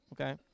okay